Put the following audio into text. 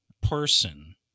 person